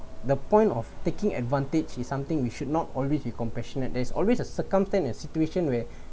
the point of taking advantage is something we should not always be compassionate there's always a circumstance a situation where